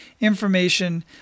information